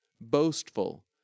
boastful